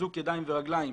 אזוק ידיים ורגליים,